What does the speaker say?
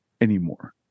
anymore